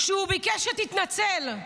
הוא ביקש שתתנצל.